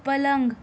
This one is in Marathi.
पलंग